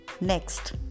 Next